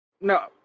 No